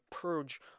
purge